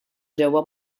ġewwa